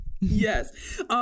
Yes